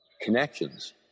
connections